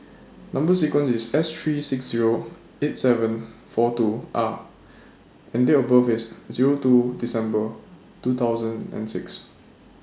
Number sequence IS S three six Zero eight seven four two R and Date of birth IS Zero two December two thousand and six